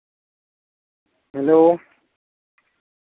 hello